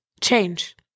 Change